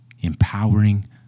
empowering